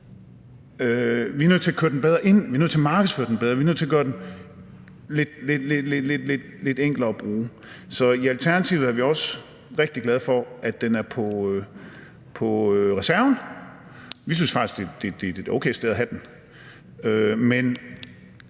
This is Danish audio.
Vi er nødt til at køre den bedre ind, vi er nødt til at markedsføre den bedre, vi er nødt til at gøre den lidt enklere at bruge. Så i Alternativet er vi også rigtig glade for, at den er på reserven. Vi synes faktisk, det er et okay sted at have den.